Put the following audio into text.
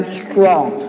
strong